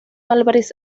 álvarez